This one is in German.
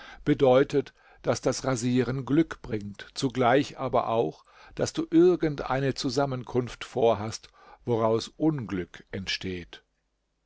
bedeutet daß das rasieren glück bringt zugleich aber auch daß du irgend eine zusammenkunft vorhast woraus unglück entsteht